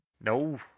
no